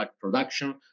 production